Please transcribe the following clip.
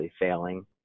failing